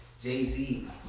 Jay-Z